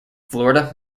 florida